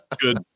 good